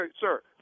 sir